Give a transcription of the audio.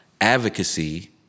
advocacy